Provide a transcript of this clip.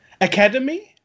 Academy